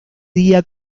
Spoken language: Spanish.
día